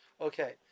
Okay